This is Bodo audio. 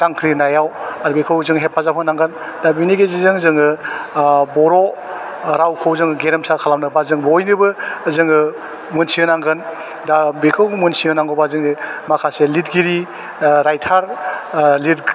जांख्रिनायाव आरो बेखौ जों हेफाजाब होनांगोन दा बेनि गेजेरजों जोङो बर' रावखौ जों गेरेमसा खालामनोबा जों बयनोबो जोङो मोनथिहोनांगोन दा बेखौ मोनथिहोनांगौबा जोङो माखासे लिरगिरि राइथार